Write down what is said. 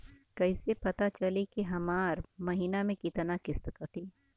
कईसे पता चली की हमार महीना में कितना किस्त कटी?